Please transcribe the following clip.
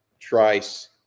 Trice